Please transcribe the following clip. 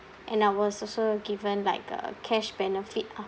and I was also given like a cash benefit ah